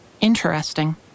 Interesting